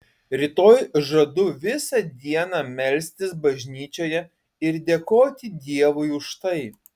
rytoj žadu visą dieną melstis bažnyčioje ir dėkoti dievui už tai